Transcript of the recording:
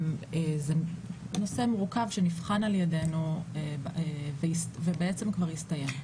זה נושא מורכב שנבחן על ידנו ובעצם כבר הסתיים.